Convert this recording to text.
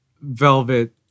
velvet